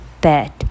bed